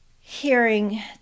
Hearing